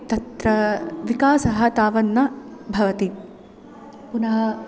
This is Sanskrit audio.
तत्र विकासः तावन्न भवति पुनः